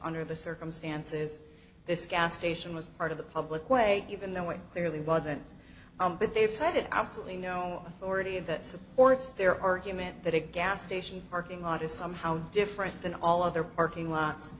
under the circumstances this gas station was part of the public way even though it really wasn't but they've cited absolutely no authority that supports their argument that a gas station parking lot is somehow different than all other parking lot